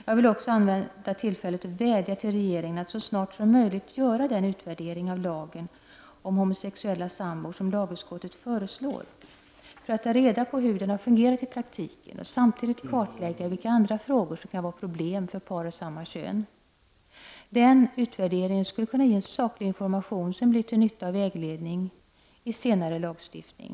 Jag vill också använda tillfället till att vädja till regeringen att så snart som möjligt göra den utvärdering av lagen om homosexuella sambor som lagutskottet föreslår, för att ta reda på hur den har fungerat i praktiken, och samtidigt kartlägga vilka andra frågor som kan vara problem för par av samma kön. Den utvärderingen skulle kunna ge saklig information som blir till nytta och vägledning vid senare lagstiftning.